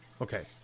Okay